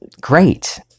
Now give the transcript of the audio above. great